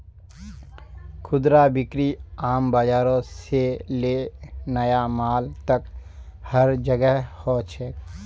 खुदरा बिक्री आम बाजार से ले नया मॉल तक हर जोगह हो छेक